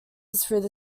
through